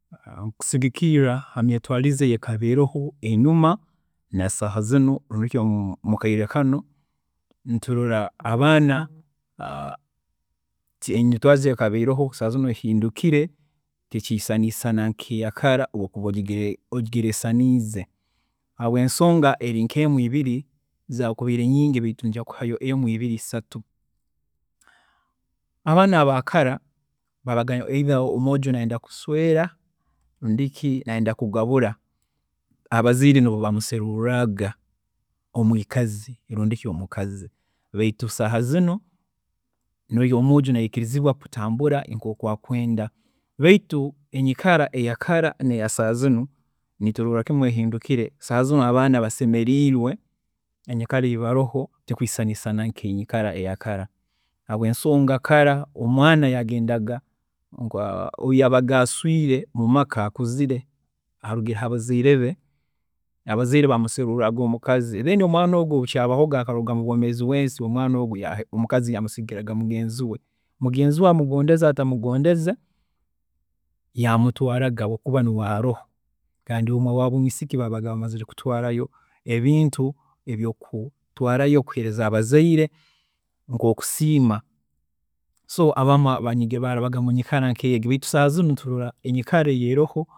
﻿Kusigikiirra hamyetwaarize ekaba eroho enyuma nasaaha zinu eroho akaire kanu niturola abaana nti emitwaarize ekaba eroho zaaha zinu ehindukire tekyeisanaisana nk'yeyaakara obu okuba ogire ogigeresaniize habwensonga eri nkeemu ibiri, zaakubaire nyingi baitu eri nkemu, ibiri isatu. Abaana aba kara, baabaga either omwoojo nayenda kusweera rundi ki kugabura, abazaire nibo baamuseeruriraga omwiikazi rundi ki omukazi baitu saaha zinu omwojo naikirizibwa kutambura nkoku akwenda baitu enyikara eyakara neya saaha zinu nituroorra kimu ehinukire, saaha zinu abaana basemereirwe enyikara eyi baroho tekwisanaisana nka eyakara habwensonga kara omwana yagendaga owu yaabaga aswiire mumaka akuzire arugire habazairebe, abazaire baamuseruraaga omukazi then omwaana ogu obu kyaabahoga akaruga mubwoomeezi bwensi omwaana ogu omukazi yaamusigiraga mugenzi we, mugenzi we amugondeze atamugondeze yamutwaaraga habwookuba niwe aroho, kandi aba owomwiisika baabaga bamazire kutwaarayo ebintu ebyokutwaarayo kuheereza abazaire nk'okusiima so abamu baara baarabaga munyikara nk'egi baitu saaha zinu niturora enyikara eroho